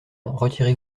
retirez